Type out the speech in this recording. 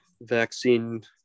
vaccine